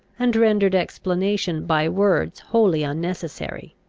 and rendered explanation by words wholly unnecessary.